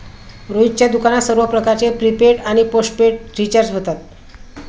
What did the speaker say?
रोहितच्या दुकानात सर्व प्रकारचे प्रीपेड आणि पोस्टपेड रिचार्ज होतात